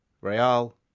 Real